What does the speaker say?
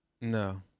No